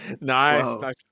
nice